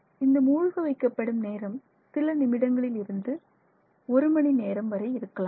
இது மூழ்க வைக்கப்படும் நேரம் சில நிமிடங்களில் இருந்து ஒரு மணி நேரம் வரை இருக்கலாம்